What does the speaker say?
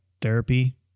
therapy